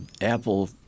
Apple